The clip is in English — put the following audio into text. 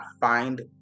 find